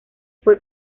fue